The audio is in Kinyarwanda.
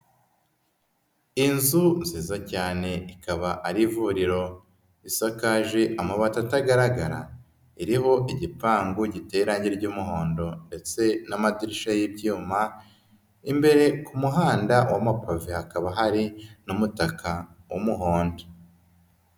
Inzu nziza cyane ikaba ari ivuriro. Isakaje amabati atagaragara. Iriho igitapangu giteyeho irangi ry'umuhondo, ndetse n'amadirisha y'ibyuma, imbere ku muhanda w'amapave hakaba hari n'umutaka w'umuhondo.